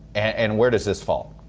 and where does this fall?